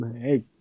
hey